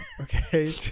okay